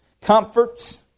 comforts